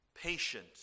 patience